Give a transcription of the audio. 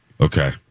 Okay